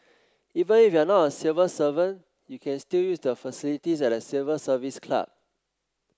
even if you are not a civil servant you can still use the facilities at the Civil Service Club